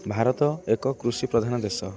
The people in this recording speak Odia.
ଭାରତ ଏକ କୃଷି ପ୍ରଧାନ ଦେଶ